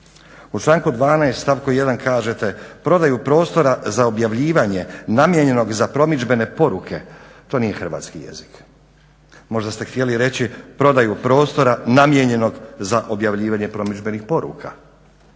U članak 12.stavku 1.kažete "prodaju prostora za objavljivanje namijenjenog za promidžbene poruke". To nije hrvatski jezik. Možda ste htjeli reći prodaju prostora namijenjenog za objavljivanje promidžbenih poruka.